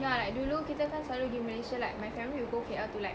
yeah like dulu kita kan selalu pergi malaysia like my family will go K_L to like